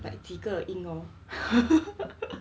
like 几个音 lor